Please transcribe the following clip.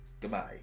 goodbye